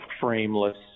frameless